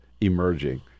emerging